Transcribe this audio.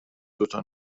دوتا